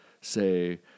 say